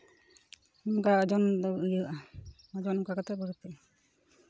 ᱚᱱᱠᱟ ᱳᱡᱚᱱ ᱫᱚ ᱤᱭᱟᱹᱜᱼᱟ ᱳᱡᱚᱱ ᱚᱱᱠᱟ ᱠᱟᱛᱮ ᱵᱟᱹᱲᱛᱤᱜᱼᱟ